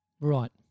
Right